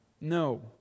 No